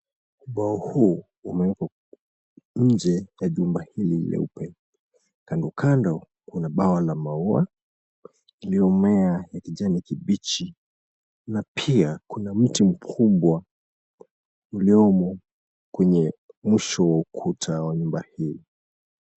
Ubao huu umewekwa nje ya jumba hili leupe. Kando kando kuna bawa la maua iliomea ya kijani kibichi na pia kuna mti mkubwa uliomo kwenye mwisho wa ukuta wa nyumba hii.